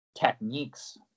techniques